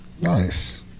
Nice